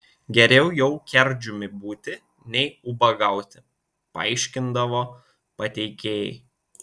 geriau jau kerdžiumi būti nei ubagauti paaiškindavo pateikėjai